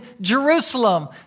Jerusalem